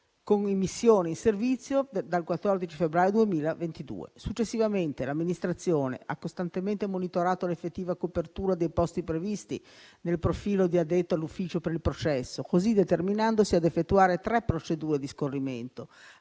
con immissione in servizio dal 14 febbraio 2022. Successivamente, l'amministrazione ha costantemente monitorato l'effettiva copertura dei posti previsti nel profilo di addetto all'ufficio per il processo, così determinandosi ad effettuare tre procedure di scorrimento,